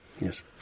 Yes